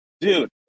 dude